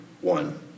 one